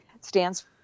stands